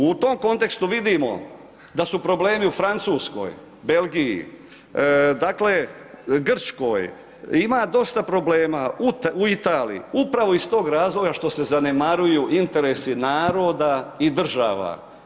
U tom kontekstu vidimo, da su problemi u Francuskoj, Belgiji, Grčkoj, ima dosta problema u Italiji, upravo iz tog razloga što se zanemaruju interesi naroda i država.